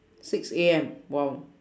six A_M !wow!